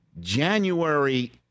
January